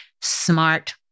smart